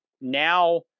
now